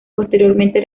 posteriormente